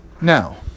Now